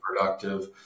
productive